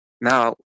Now